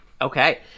Okay